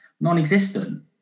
non-existent